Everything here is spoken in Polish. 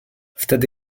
wtedy